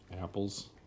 apples